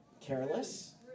careless